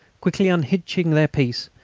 quickly unhitching their piece,